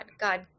God